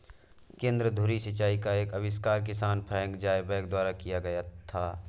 केंद्र धुरी सिंचाई का आविष्कार किसान फ्रैंक ज़ायबैक द्वारा किया गया था